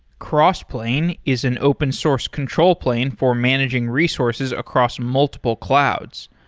crossplane is an open source control plane for managing resources across multiple clouds.